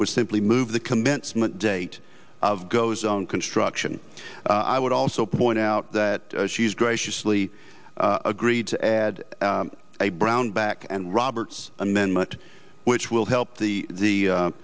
was simply move the commencement date goes on construction i would also point out that she's graciously agreed to add brownback and roberts amendment which will help the the